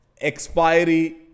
expiry